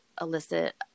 elicit